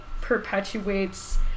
perpetuates